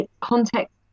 context